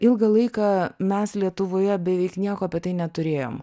ilgą laiką mes lietuvoje beveik nieko apie tai neturėjom